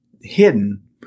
hidden